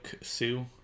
sue